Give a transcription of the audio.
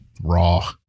Raw